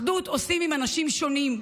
אחדות עושים עם אנשים שונים.